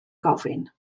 gofyn